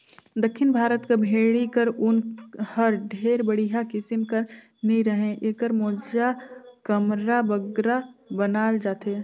दक्खिन भारत कर भेंड़ी कर ऊन हर ढेर बड़िहा किसिम कर नी रहें एकर मोजा, कमरा बगरा बनाल जाथे